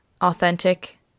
authentic